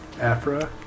Afra